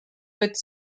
mit